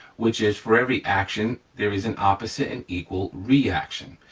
which is for every action there is an opposite and equal reaction.